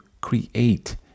create